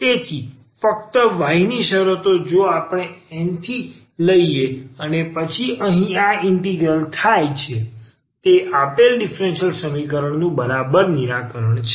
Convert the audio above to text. તેથી ફક્ત y ની શરતો જો આપણે N થી લઈએ અને પછી આ અહીં ઇન્ટિગ્રલ થાય છે જે આપેલ ડીફરન્સીયલ સમીકરણનું બરાબર નિરાકરણ છે